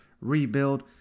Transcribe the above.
rebuild